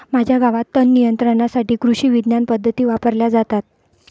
माझ्या गावात तणनियंत्रणासाठी कृषिविज्ञान पद्धती वापरल्या जातात